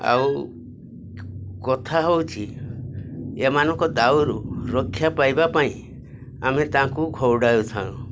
ଆଉ କଥା ହେଉଛି ଏମାନଙ୍କ ଦାଉରୁ ରକ୍ଷା ପାଇବା ପାଇଁ ଆମେ ତାଙ୍କୁ ଘଉଡ଼ାଇଥାଉ